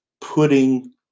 putting